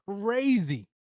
crazy